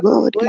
God